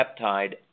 peptide